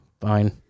fine